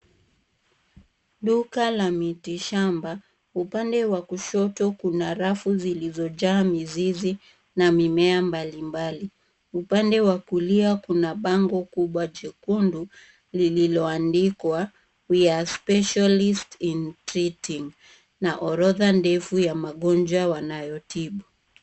Duka la mitishamba. Upande wa kushoto kuna rafu zilizojaa mizizi na mimea mbalimbali. Upande wa kulia kuna bango kubwa jekundu, lililo andikwa we are specialist in treating na orodha ndefu ya magonjwa wanayotibu.